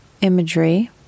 imagery